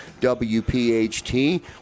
WPHT